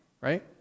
right